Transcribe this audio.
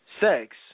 sex